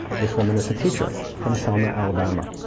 this woman is a teacher from selma, alabama.